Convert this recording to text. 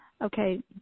Okay